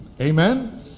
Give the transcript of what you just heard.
amen